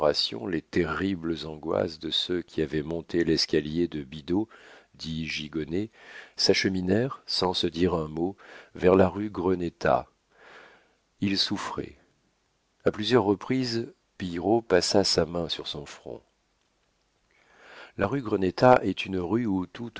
les terribles angoisses de ceux qui avaient monté l'escalier de bidault dit gigonnet s'acheminèrent sans se dire un mot vers la rue grenétat ils souffraient a plusieurs reprises pillerault passa sa main sur son front la rue grenétat est une rue où